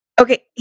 Okay